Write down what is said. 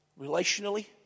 relationally